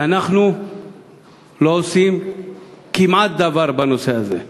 ואנחנו לא עושים כמעט דבר בנושא הזה.